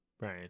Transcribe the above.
Right